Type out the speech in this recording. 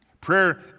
Prayer